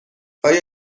آیا